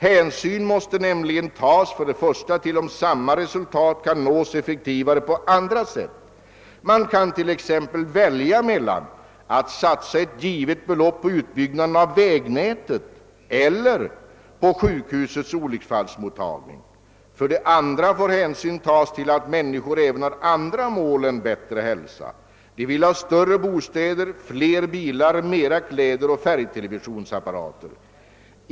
Hänsyn måste nämligen tas för det första till om samma resultat kan nås effektivare på andra sätt. Man kan t.ex. välja mellan att satsa ett givet belopp på utbyggnaden av vägnätet eller på sjukhusets olycksfallsmottagning. För det andra får hänsyn tas till att människorna även har andra mål än bättre hälsa. De vill ha större bostäder, fler bilar, mera kläder och färgtelevisionsapparater.